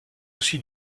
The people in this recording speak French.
aussi